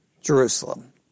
Jerusalem